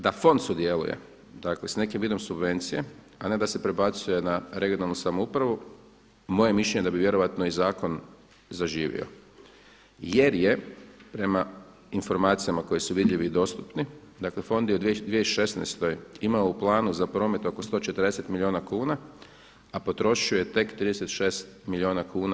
Da fond sudjeluje s nekim vidom subvencije, a ne da se prebacuje na regionalnu samoupravu moje mišljenje da bi vjerojatno i zakon zaživio jer je prema informacijama koje su vidljivi i dostupni, dakle fond je u 2016. imao u planu za promet oko 140 milijuna kuna, a potrošio je tek 36 milijuna kuna.